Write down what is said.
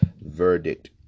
Verdict